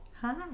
Hi